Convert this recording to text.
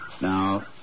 Now